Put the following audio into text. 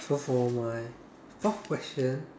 so for my fourth question